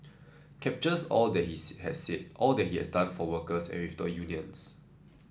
captures all that he had said all that he has done for workers and with the unions